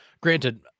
granted